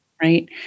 right